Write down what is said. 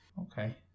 Okay